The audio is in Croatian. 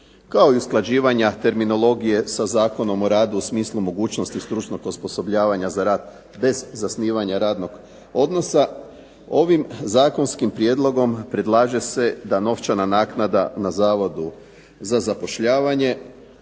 kao i usklađivanja terminologije sa Zakonom o radu u smislu mogućnosti stručnog osposobljavanja za rad bez zasnivanja radnog odnosa. Ovim zakonskim prijedlogom predlaže se da novčana naknada na Zavodu za zapošljavanje